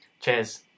Cheers